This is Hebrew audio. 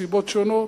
מסיבות שונות,